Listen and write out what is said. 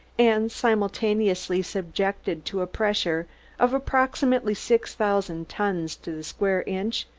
and simultaneously subjected to a pressure of approximately six thousand tons to the square inch,